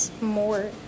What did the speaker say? more